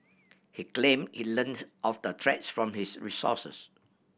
he claimed he learnt of the threats from his resources